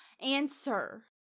answer